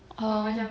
oh